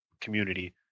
community